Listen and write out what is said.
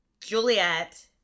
Juliet